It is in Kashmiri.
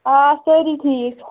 آ سٲری ٹھیٖک